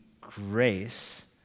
grace